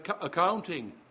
accounting